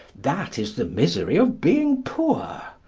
that is the misery of being poor.